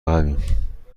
عقبیم